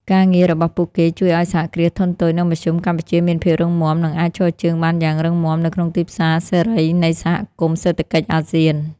ការងាររបស់ពួកគេជួយឱ្យ សហគ្រាសធុនតូច និងមធ្យម កម្ពុជាមានភាពរឹងមាំ និងអាចឈរជើងបានយ៉ាងរឹងមាំនៅក្នុងទីផ្សារសេរីនៃសហគមន៍សេដ្ឋកិច្ចអាស៊ាន។